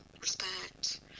respect